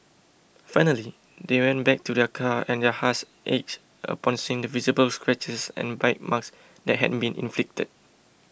finally they went back to their car and their hearts ached upon seeing the visible scratches and bite marks that had been inflicted